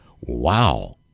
wow